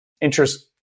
interest